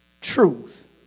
truth